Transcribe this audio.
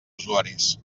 usuaris